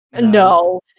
No